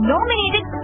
Nominated